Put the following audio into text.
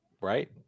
right